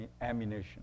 ammunition